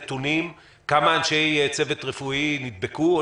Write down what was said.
נתונים כמה אנשי צוות רפואי נדבקו או